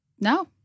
No